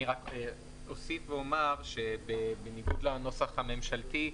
אני רק אוסיף ואומר שבניגוד לנוסח הממשלתי,